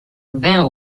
vins